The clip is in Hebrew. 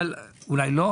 אולי לא.